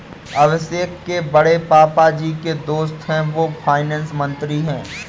अभिषेक के बड़े पापा जी के जो दोस्त है वो फाइनेंस मंत्री है